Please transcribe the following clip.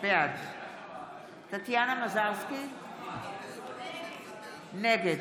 בעד טטיאנה מזרסקי, נגד